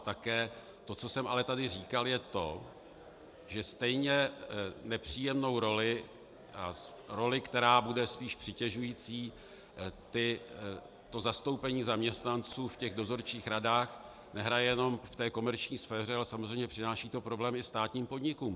A také to, co jsem ale tady říkal, je to, že stejně nepříjemnou roli, a roli, která bude spíš přitěžující, to zastoupení zaměstnanců v dozorčích radách nehraje jenom v komerční sféře, ale samozřejmě přináší to problém i státním podnikům.